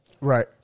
Right